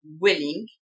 willing